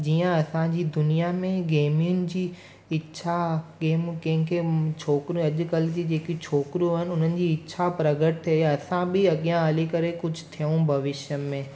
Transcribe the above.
जीअं असांजी दुनिया में गेमियुनि जी इछा गेम कंहिंखे छोकिरियूं अॼुकल्ह जी जेकी छोकिरियूं आहिनि हुननि जी इछा प्रकट थिए असां बि अॻियां हली करे कुझु थियूं भविष्य में